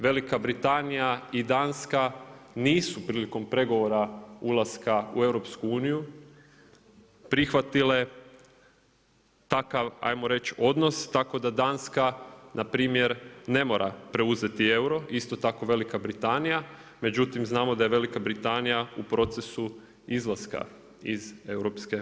Velika Britanija i Danska nisu prilikom pregovora ulaska u EU prihvatile takav ajmo reći odnos, tako da Danska, npr. ne mora preuzeti euro, isto tako Velika Britanija, međutim, znamo da je Velika Britanija u procesu izlaska iz EU.